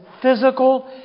physical